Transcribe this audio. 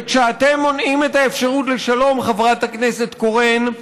וכשאתם מונעים את האפשרות לשלום, חברת הכנסת קורן,